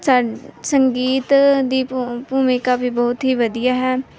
ਸ ਸੰਗੀਤ ਦੀ ਭੂ ਭੂਮਿਕਾ ਵੀ ਬਹੁਤ ਹੀ ਵਧੀਆ ਹੈ